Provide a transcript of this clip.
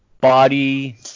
body